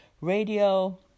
radio